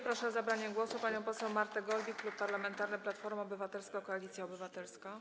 Proszę o zabranie głosu panią poseł Martę Golbik, Klub Parlamentarny Platforma Obywatelska - Koalicja Obywatelska.